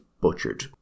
butchered